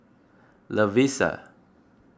Lovisa